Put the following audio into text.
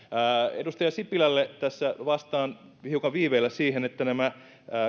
edustaja sipilälle tässä vastaan hiukan viiveellä siihen että nämä